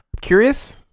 curious